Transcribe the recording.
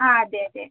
ആ അതെ അതെ